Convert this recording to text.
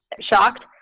shocked